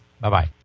Bye-bye